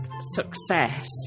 success